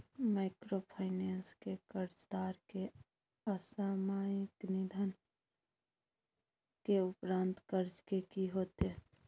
Microfinance के कर्जदार के असामयिक निधन के उपरांत कर्ज के की होतै?